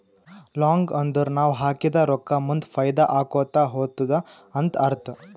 long ಅಂದುರ್ ನಾವ್ ಹಾಕಿದ ರೊಕ್ಕಾ ಮುಂದ್ ಫೈದಾ ಆಕೋತಾ ಹೊತ್ತುದ ಅಂತ್ ಅರ್ಥ